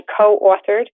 co-authored